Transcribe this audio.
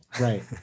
Right